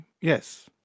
yes